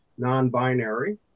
non-binary